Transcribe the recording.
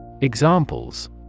Examples